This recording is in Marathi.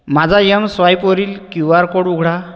माझा यम स्वाईपवरील क्यू आर कोड उघडा